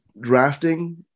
drafting